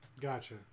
Gotcha